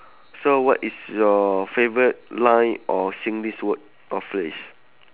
so what is your favourite line or singlish word or phrase